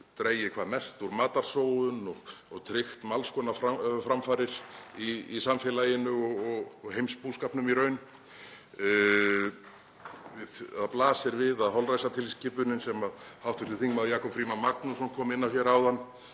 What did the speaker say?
dregið hvað mest úr matarsóun og tryggt margs konar framfarir í samfélaginu og heimsbúskapnum í raun. Það blasir við að holræsatilskipunin sem hv. þm. Jakob Frímann Magnússon kom inn á áðan